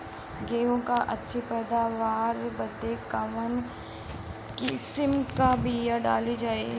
गेहूँ क अच्छी पैदावार बदे कवन किसीम क बिया डाली जाये?